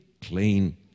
clean